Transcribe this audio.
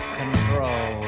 control